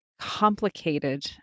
complicated